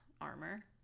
armor